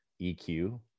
EQ